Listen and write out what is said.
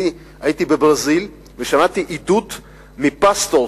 הייתי בברזיל ושמעתי עדות מ-pastor,